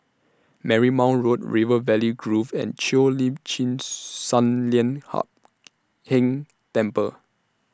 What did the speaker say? Marymount Road River Valley Grove and Cheo Lim Chin Sun Lian Hup Keng Temple